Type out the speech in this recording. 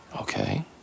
Okay